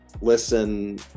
listen